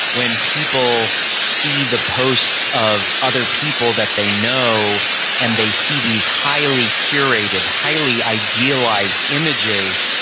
when people see the posts of other people that they know and they see these highly curated, highly idealised images,